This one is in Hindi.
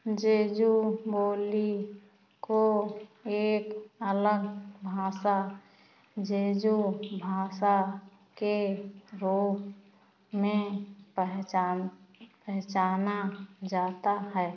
जेजू बोली को एक अलग भाषा जेजू भाषा के रूप में पहचान पहचाना जाता है